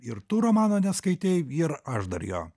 ir tu romano neskaitei ir aš dar jo